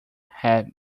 had